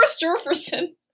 Jefferson